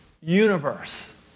universe